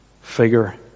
figure